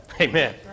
Amen